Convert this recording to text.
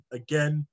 again